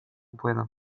płynu